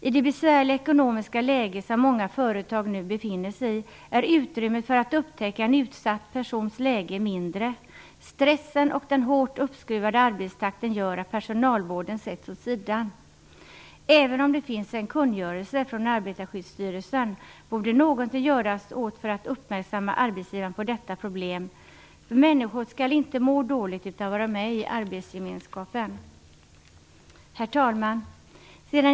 I det besvärliga ekonomiska läge som många företag nu befinner sig i är utrymmet för att upptäcka en utsatt persons läge mindre. Stressen och den hårt uppskruvade arbetstakten gör att personalvården sätts åt sidan. Även om det finns en kungörelse från Arbetarskyddsstyrelsen borde någonting göras för att uppmärksamma arbetsgivaren på detta problem för att människor inte skall må dåligt, utan vara med i arbetsgemenskapen. Herr talman!